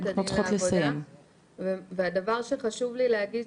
הדין לעבודה והדבר שחשוב לי להגיד,